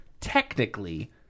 technically